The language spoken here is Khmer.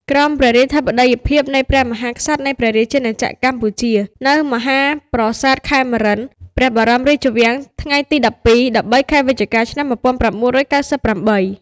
ក្រោមព្រះរាជធិបតីភាព នៃព្រះមហាក្សត្រនៃព្រះរាជណាចក្រកម្ពុជា នៅមហាប្រសាទខេមរិន្ទ ព្រះបរមរាជវាំងថ្ងៃទី១២-១៣ ខែវិច្ឆកា ឆ្នាំ១៩៩៨។